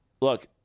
look